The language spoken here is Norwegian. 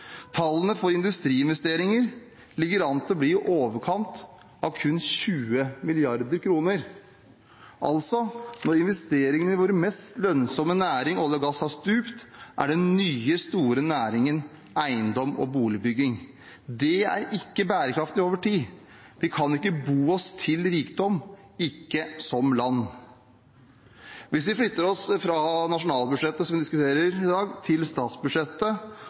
Tallene for industriinvesteringer ligger an til å bli i overkant av kun 20 mrd. kr. Altså, når investeringene i vår mest lønnsomme næring, olje og gass, har stupt, er eiendom og boligbygging den nye store næringen. Det er ikke bærekraftig over tid. Vi kan ikke bo oss til rikdom, ikke som land. Hvis vi flytter oss fra nasjonalbudsjettet, som vi diskuterer i dag, til statsbudsjettet